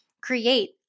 create